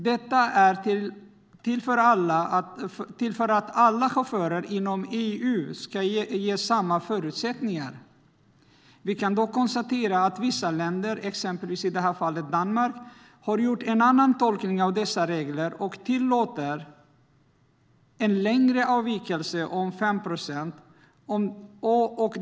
Detta är till för att alla chaufförer inom EU ska ges samma förutsättningar. Vi kan dock konstatera att vissa länder, exempelvis Danmark, har gjort en annan tolkning av dessa regler och tillåter en längre avvikelse om 5 procent.